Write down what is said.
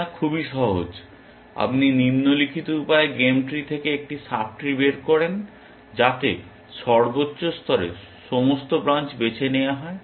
এটা খুবই সহজ আপনি নিম্নলিখিত উপায়ে গেম ট্রি থেকে একটি সাব ট্রি বের করেন যাতে সর্বোচ্চ স্তরে সমস্ত ব্রাঞ্চ বেছে নেওয়া হয়